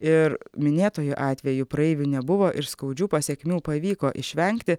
ir minėtuoju atveju praeivių nebuvo ir skaudžių pasekmių pavyko išvengti